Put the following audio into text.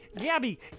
Gabby